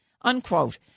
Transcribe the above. unquote